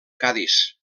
cadis